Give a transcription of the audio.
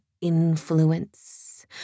influence